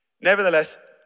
Nevertheless